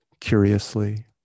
curiously